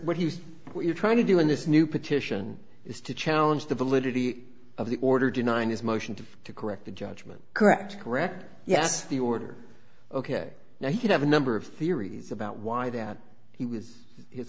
what you're trying to do in this new petition is to challenge the validity of the order to nine is motion to to correct the judgment correct correct yes the order ok now you have a number of theories about why that he was his